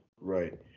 Right